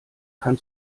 kann